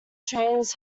trains